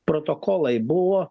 protokolai buvo